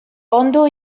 ondo